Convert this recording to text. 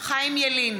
חיים ילין,